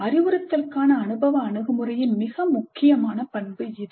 அறிவுறுத்தலுக்கான அனுபவ அணுகுமுறையின் மிக முக்கியமான பண்பு இது